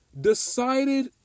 decided